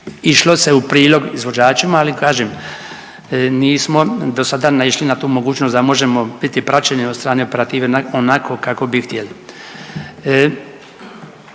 išlo se u prilog izvođačima, ali kažem nismo dosada naišli na tu mogućnost da možemo biti praćeni od strane operative onako kako bi htjeli.